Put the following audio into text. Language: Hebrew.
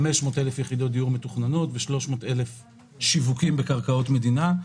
500 אלף יחידות דיור מתוכננות ו-300 אלף שיווקים בקרקעות מדינה.